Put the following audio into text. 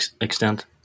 extent